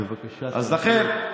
אז לכן,